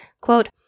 Quote